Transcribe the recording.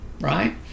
right